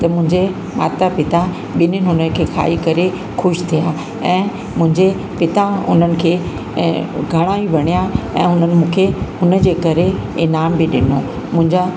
त मुंहिंजे माता पिता ॿिन्हिनि हुन खे खाई करे ख़ुशि थिया ऐं मुंहिंजे पिता उन्हनि खे ऐं घणाईं वणिया ऐं उन्हनि मूंखे उन जे करे इनाम बि ॾिनो मुंहिंजा